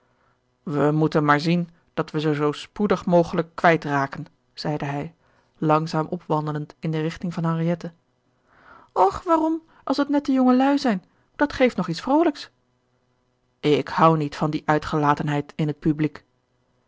we moeten maar zien dat we ze zoo spoedig mogelijk kwijt raken zeide hij langzaam opwandelend in de richting van henriette och waarom als het nette jongelui zijn dat geeft nog iets vroolijks ik houd niet van die uitgelatenheid in het publiek